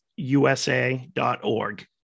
USA.org